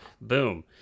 boom